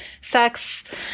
sex